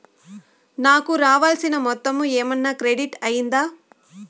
నాకు రావాల్సిన మొత్తము ఏమన్నా క్రెడిట్ అయ్యిందా